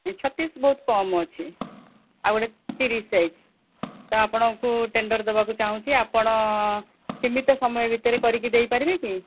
ଛତିଶ ବହୁତ କମ୍ ଅଛି ଆଉ ଗୋଟେ ତିରିଶ ସାଇଜ୍ ତ ଆପଣଙ୍କୁ ଟେଣ୍ଡର ଦେବାକୁ ଚାହୁଁଛି ଆପଣ ସୀମିତ ସମୟ ଭିତରେ କରିକି ଦେଇ ପାରିବେ କି